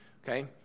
Okay